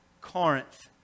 Corinth